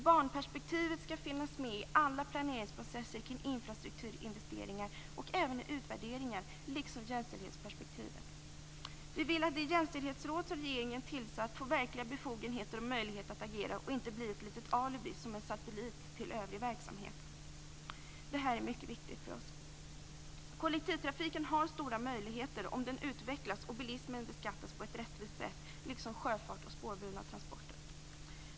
Barnperspektivet skall finnas med i alla planeringsprocesser kring infrastrukturinvesteringar och även i utvärderingar, liksom jämställdhetsperspektivet. Vi vill att det jämställdhetsråd som regeringen tillsatt får verkliga befogenheter och möjligheter att agera och inte blir ett litet alibi som en satellit till övrig verksamhet. Det här är mycket viktigt för oss. Kollektivtrafiken har stora möjligheter om den utvecklas och om bilismen beskattas på ett rättvist sätt, liksom sjöfart och spårburna transporter.